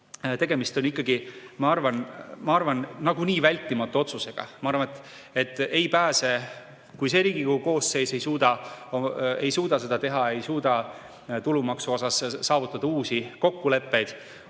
Tegemist on ikkagi, ma arvan, nagunii vältimatu otsusega. Ma arvan, et kui see Riigikogu koosseis ei suuda seda teha, ei suuda tulumaksu osas saavutada uusi kokkuleppeid,